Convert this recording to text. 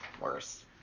Worse